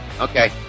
Okay